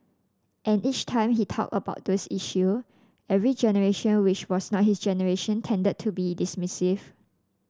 and each time he talked about those issue every generation which was not his generation tended to be dismissive